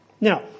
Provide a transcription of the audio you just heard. Now